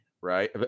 right